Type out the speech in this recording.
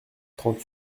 trente